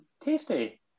tasty